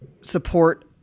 support